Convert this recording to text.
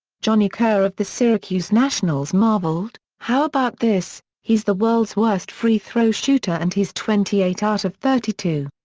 johnny kerr of the syracuse nationals marveled, how about this he's the world's worst free-throw shooter and he's twenty eight out of thirty two!